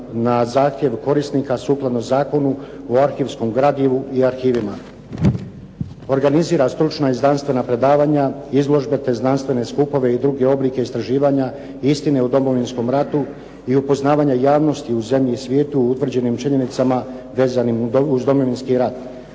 na zahtjev korisnika sukladno Zakonu o arhivskom gradivu i arhivima, organizira stručna i znanstvena predavanja, izložbe te znanstvene skupove i druge oblike istraživanja i istina o Domovinskom ratu i upoznavanje javnosti u zemlji i svijetu utvrđenim činjenicama vezanim uz Domovinski rat.